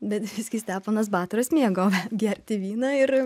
bet visgi steponas batoras mėgo gerti vyną ir